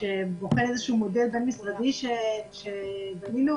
שבוחן מודל בין-משרדי שבנינו.